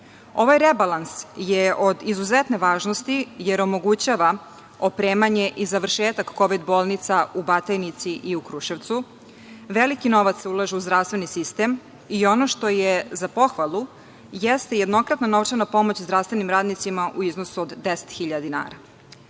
rebalans je od izuzetne važnosti, jer omogućava opremanje i završetak Kovid bolnica u Batajnici i u Kruševcu. Veliki novac se ulaže u zdravstveni sistem. I ono što je za pohvalu jeste jednokratna novčana pomoć zdravstvenim radnicima u iznosu od 10.000 dinara,